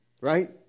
Right